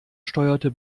steuerte